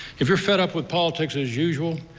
if you're fed up with politics as usual,